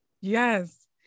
Yes